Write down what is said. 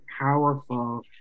powerful